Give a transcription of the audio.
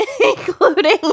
Including